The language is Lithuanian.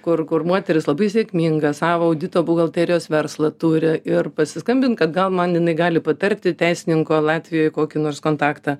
kur kur moteris labai sėkminga savo audito buhalterijos verslą turi ir pasiskambint gal man jinai gali patarti teisininko latvijoj kokį nors kontaktą